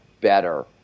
better